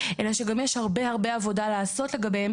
אלא שגם יש הרבה הרבה עבודה לעשות לגביהם.